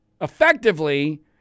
effectively